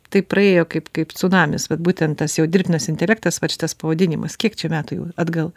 taip praėjo kaip kaip cunamis vat būtent tas jau dirbtinas intelektas vat šitas pavadinimas kiek čia metų atgal